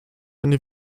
eine